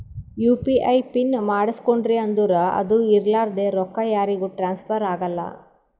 you P I PIN ಮಾಡುಸ್ಕೊಂಡ್ರಿ ಅಂದುರ್ ಅದು ಇರ್ಲಾರ್ದೆ ರೊಕ್ಕಾ ಯಾರಿಗೂ ಟ್ರಾನ್ಸ್ಫರ್ ಆಗಲ್ಲಾ